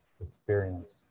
experience